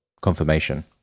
confirmation